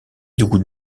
doux